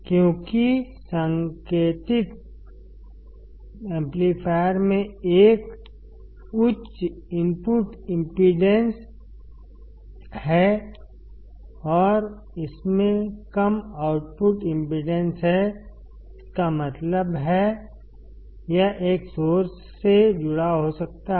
क्योंकि संकेतित एम्पलीफायर में एक उच्च इनपुट इम्पीडेन्स है और इसमें कम आउटपुट इम्पीडेन्स है इसका मतलब है यह एक सोर्स से जुड़ा हो सकता है